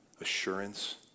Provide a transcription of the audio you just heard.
assurance